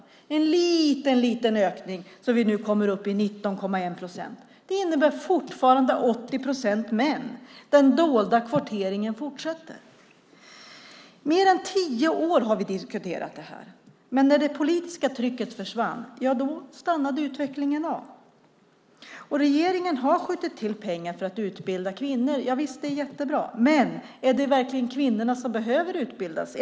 Det är nu en liten ökning så att vi kommer upp i 19,1 procent. Det innebär fortfarande 80 procent män. Den dolda kvoteringen fortsätter. I mer än tio år har vi diskuterat det här. När det politiska trycket försvann stannade utvecklingen av. Regeringen har skjutit till pengar för att utbilda kvinnor. Javisst, det är jättebra. Men är det verkligen kvinnorna som behöver utbildas?